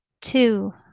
two